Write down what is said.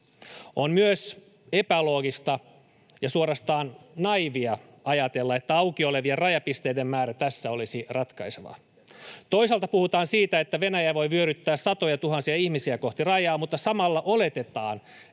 On myös epäloogista ja suorastaan naiivia ajatella, että auki olevien rajapisteiden määrä tässä olisi ratkaisevaa. Toisaalta puhutaan siitä, että Venäjä voi vyöryttää satojatuhansia ihmisiä kohti rajaa, mutta samalla oletetaan,